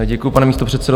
Děkuju, pane místopředsedo.